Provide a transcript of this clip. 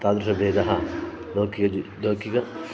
तादृशः वेदः लौकिकः ज् लौकिकः